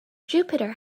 jupiter